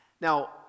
Now